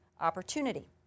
opportunity